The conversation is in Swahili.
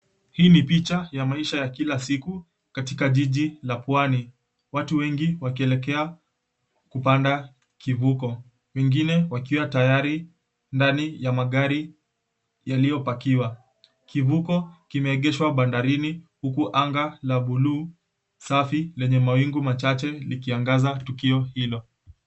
Hii ni picha ya maisha ya kila siku katika jiji la pwani. Watu wengi wakielekea kupanda kivuko. Wengine wakiwa tayari ndani ya magari yaliyopakiwa. Kivuko kimeegeshwa bandarini huku anga la buluu safi, lenye mawingu machache likiangaza tukio hilo.